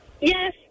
yes